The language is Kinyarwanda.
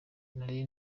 nari